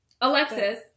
Alexis